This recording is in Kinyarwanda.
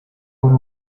kuri